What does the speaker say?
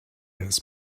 has